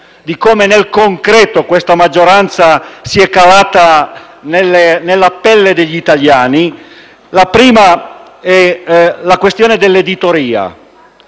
di come nel concreto la maggioranza si sia calata nella pelle degli italiani. La prima è la questione dell'editoria;